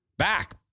back